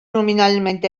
nominalment